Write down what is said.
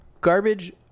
Garbage